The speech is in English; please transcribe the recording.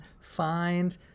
find